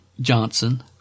Johnson